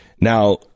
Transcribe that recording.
Now